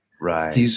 Right